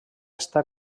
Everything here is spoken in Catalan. està